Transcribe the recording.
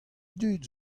dud